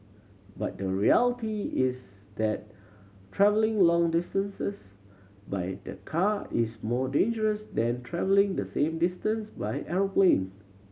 but the reality is that travelling long distances by the car is more dangerous than travelling the same distance by aeroplane